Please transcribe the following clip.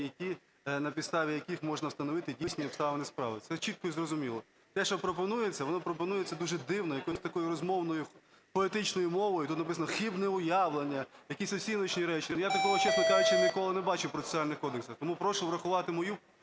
на підставі яких можна встановити дійсні обставини справи. Все чітко і зрозуміло. Те, що пропонується, воно пропонується дуже дивно, якоюсь такою розмовною, поетичною мовою, тут написано: "хибне уявлення", якісь оціночні речі. Ну, я такого, чесно кажучи, ніколи не бачив в процесуальних кодексах. Тому прошу врахувати мою